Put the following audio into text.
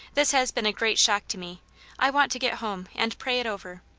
this has been a great shock to me i want to get home and pray it over.